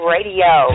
Radio